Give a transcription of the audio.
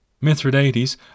Mithridates